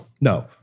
no